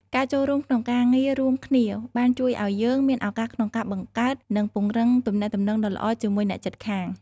ការចូលរួមក្នុងការងាររួមគ្នាបានជួយឲ្យយើងមានឱកាសក្នុងការបង្កើតនិងពង្រឹងទំនាក់ទំនងដ៏ល្អជាមួយអ្នកជិតខាង។